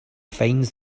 finds